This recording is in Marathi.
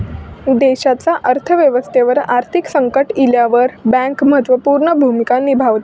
देशाच्या अर्थ व्यवस्थेवर आर्थिक संकट इल्यावर बँक महत्त्व पूर्ण भूमिका निभावता